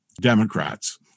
Democrats